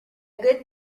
good